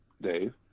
Dave